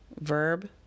verb